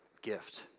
gift